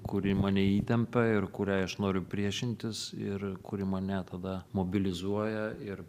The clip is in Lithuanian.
kuri mane įtempia ir kuriai aš noriu priešintis ir kuri mane tada mobilizuoja ir